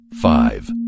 five